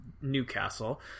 Newcastle